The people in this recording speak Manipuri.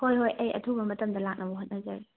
ꯍꯣꯏ ꯍꯣꯏ ꯑꯩ ꯑꯊꯨꯕ ꯃꯇꯝꯗ ꯂꯥꯛꯅꯕ ꯍꯣꯠꯅꯖꯔꯒꯦ